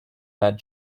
that